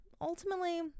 ultimately